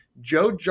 Joe